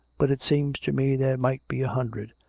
but it seems to me there might be a hundred.